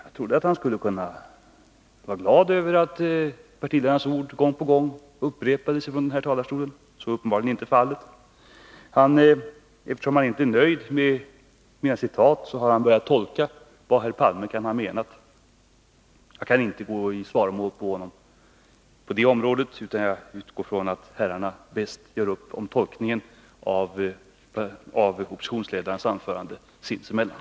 Jag trodde att han skulle vara glad över att hans partiledares ord gång på gång upprepades från den här talarstolen. Så är uppenbarligen inte fallet. Eftersom han inte är nöjd med mina citat, har han börjat försöka uttolka vad herr Palme kan ha menat. Jag kan inte gå i svaromål på det området, utan jag utgår från att herrarna bäst gör upp om tolkningen av oppositionsledarens anförande sinsemellan.